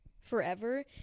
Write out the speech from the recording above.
forever